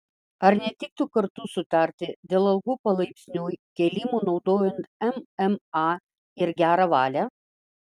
ar netiktų kartu sutarti dėl algų palaipsniui kėlimo naudojant mma ir gerą valią